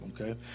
okay